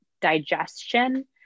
digestion